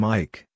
Mike